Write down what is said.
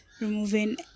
removing